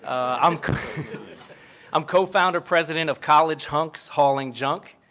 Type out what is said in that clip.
i'm i'm cofounder, president, of college hunks hauling junk.